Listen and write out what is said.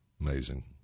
Amazing